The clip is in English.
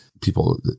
people